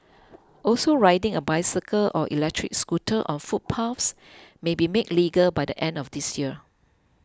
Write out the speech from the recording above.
also riding a bicycle or electric scooter on footpaths may be made legal by the end of this year